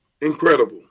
Incredible